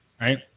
Right